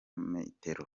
metero